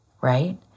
right